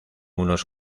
unos